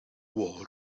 war